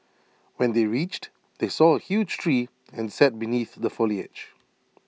when they reached they saw A huge tree and sat beneath the foliage